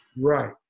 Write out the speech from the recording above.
right